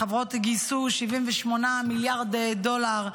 חברות גייסו 78 מיליארד דולר.